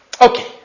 Okay